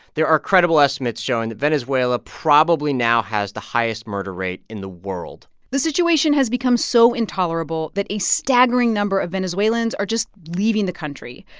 there are credible estimates showing that venezuela probably now has the highest murder rate in the world the situation has become so intolerable that a staggering number of venezuelans are just leaving the country.